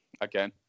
again